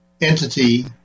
entity